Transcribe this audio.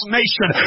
nation